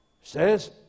says